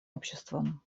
обществам